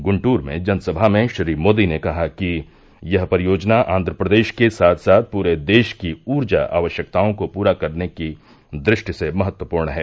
गुंदूर में जनसभा में श्री मोदी ने कहा कि यह परियोजना आध्रप्रदेश के साथ साथ पूरे देश की ऊर्जा आवश्यकताओं को पूरा करने की दृष्टि से महत्वपूर्ण है